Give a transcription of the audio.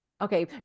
Okay